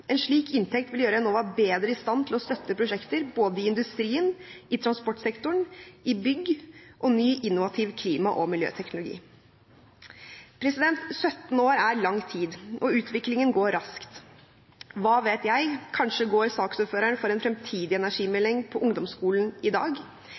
En slik inntekt vil gjøre Enova bedre i stand til å støtte prosjekter både i industrien, i transportsektoren, i bygg og ny innovativ klima- og miljøteknologi. 17 år er lang tid, og utviklingen går raskt. Hva vet jeg, kanskje går saksordføreren for en fremtidig